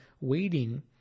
waiting